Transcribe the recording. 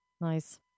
Nice